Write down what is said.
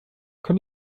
can